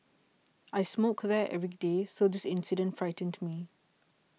I smoke there every day so this incident frightened me